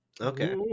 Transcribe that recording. Okay